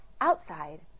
outside